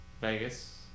Vegas